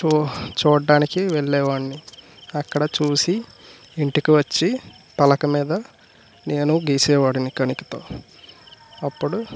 చు చూడడానికి వెళ్ళే వాడిని అక్కడ చూసి ఇంటికి వచ్చి పలక మీద నేను గీసే వాడిని కనికతో అప్పుడు